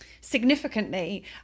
Significantly